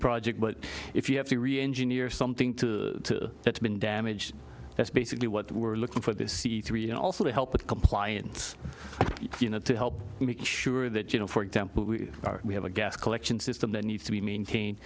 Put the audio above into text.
project but if you have to reengineer something to that's been damaged that's basically what we're looking for this c three and also to help with compliance to help make sure that you know for example we have a gas collection system that needs to be maintain